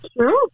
Sure